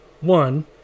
One